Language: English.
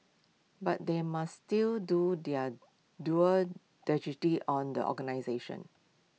but they must still do their due on the organisations